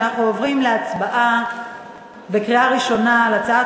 אנחנו עוברים להצבעה בקריאה ראשונה על הצעת